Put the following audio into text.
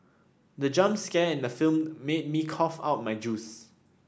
the jump scare in the film made me cough out my juice